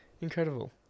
Incredible